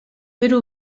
per